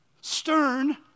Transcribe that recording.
stern